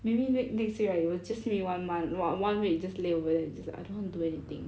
maybe ne~ next week right you will just see one month on~ one week just lay over there and just like I don't want to do anything